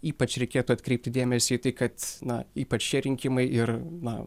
ypač reikėtų atkreipti dėmesį į tai kad na ypač šie rinkimai ir na